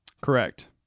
Correct